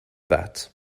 that